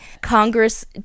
Congress